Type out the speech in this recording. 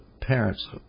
parents